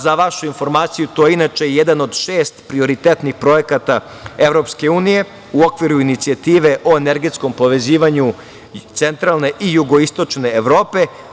Za vašu informaciju, to je inače jedan od šest prioritetnih projekata EU u okviru Inicijative o energetskom povezivanju centralne i jugoistočne Evrope.